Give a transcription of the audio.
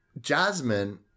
Jasmine